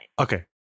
Okay